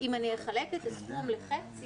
אם אני אחלק את התשלום לחצי,